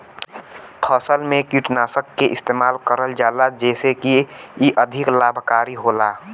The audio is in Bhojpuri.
फसल में कीटनाशक के इस्तेमाल करल जाला जेसे की इ अधिक लाभकारी होला